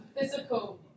physical